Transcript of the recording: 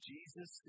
Jesus